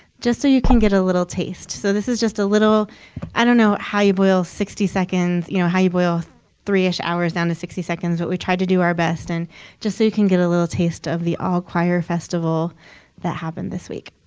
just so you can get a little taste. so this is just a little i don't know how you boil sixty seconds you know, how you boil three-ish hours down to sixty seconds, but we tried to do our best and just so you can get a little taste of the all choir festival that happened this week.